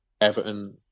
Everton